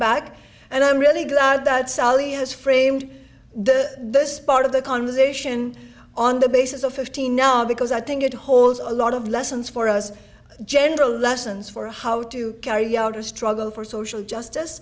back and i'm really glad that sally has framed the this part of the conversation on the basis of fifteen now because i think it holds a lot of lessons for us general lessons for how to carry out our struggle for social justice